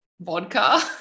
vodka